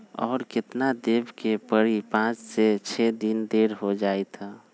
और केतना देब के परी पाँच से छे दिन देर हो जाई त?